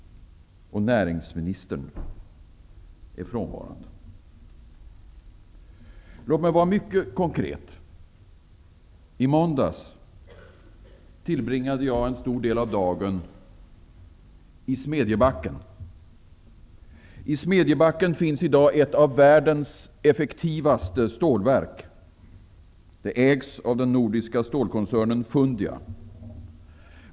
Och näringsministern är frånvarande. Låt mig vara mycket konkret. I måndags tillbringade jag en stor del av dagen i Smedjebacken. I Smedjebacken finns i dag ett av världens effektivaste stålverk. Det ägs av den nordiska stålkoncernen Fundia.